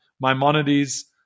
Maimonides